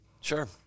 Sure